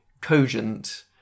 cogent